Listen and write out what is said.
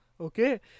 okay